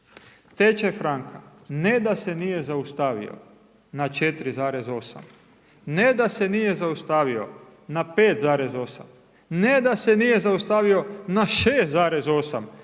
Tečaj franka, ne da se nije zaustavio na 4,8, ne da se nije zaustavio na 5,8, ne da se nije zaustavio na 6,8,